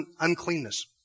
uncleanness